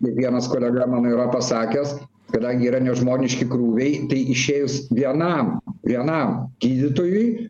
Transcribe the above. kaip vienas kolega mano yra pasakęs kadangi yra nežmoniški krūviai išėjus vienam vienam gydytojui